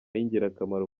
y’ingirakamaro